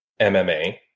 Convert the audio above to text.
MMA